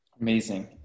Amazing